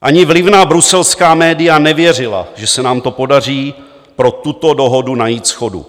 Ani vlivná bruselská média nevěřila, že se nám to podaří, pro tuto dohodu najít shodu.